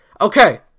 Okay